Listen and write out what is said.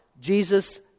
Jesus